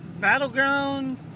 Battleground